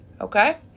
Okay